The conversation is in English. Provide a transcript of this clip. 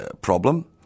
problem